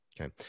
Okay